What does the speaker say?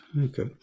Okay